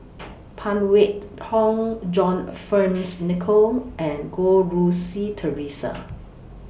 Phan Wait Hong John Fearns Nicoll and Goh Rui Si Theresa